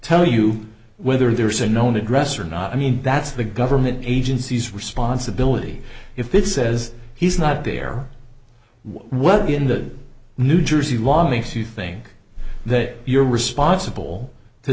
tell you whether there's a known address or not i mean that's the government agencies responsibility if it says he's not there what in the new jersey law makes you think that you're responsible to